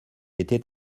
était